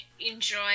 enjoy